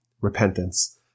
repentance